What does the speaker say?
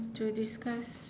okay discuss